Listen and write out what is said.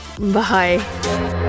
bye